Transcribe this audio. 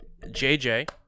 JJ